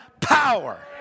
power